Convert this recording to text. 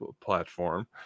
platform